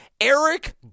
Eric